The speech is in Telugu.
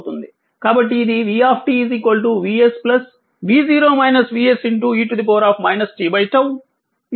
కాబట్టి ఇది v VS e t 𝝉